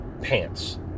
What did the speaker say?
pants